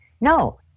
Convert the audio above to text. No